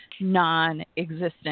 non-existent